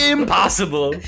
Impossible